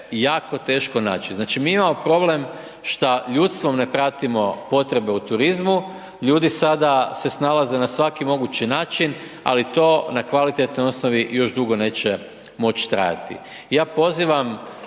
jeko teško naći. Znači, mi imamo problem šta ljudstvom ne pratimo potrebe u turizmu, ljudi sada se snalaze na svaki mogući način, ali to na kvalitetnoj osnovi još dugo neće moć trajati.